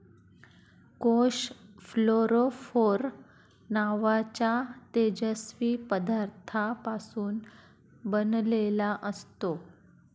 कोष फ्लोरोफोर नावाच्या तेजस्वी पदार्थापासून बनलेला असतो